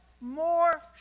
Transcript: more